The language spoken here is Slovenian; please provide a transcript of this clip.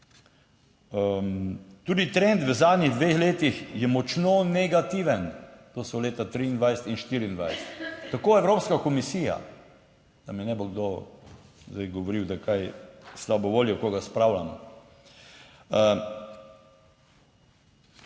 Tudi trend v zadnjih dveh letih je močno negativen, to so leta 2023 in 2024. Tako Evropska komisija, da mi ne bo kdo zdaj govoril, da kaj slabo voljo, koga spravljam.